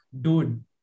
dude